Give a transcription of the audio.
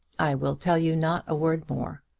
i will tell you not a word more.